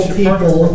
people